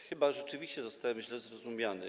Chyba rzeczywiście zostałem źle zrozumiany.